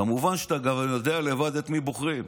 כמובן שאתה גם יודע לבד את מי בוחרים.